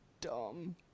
dumb